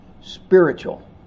spiritual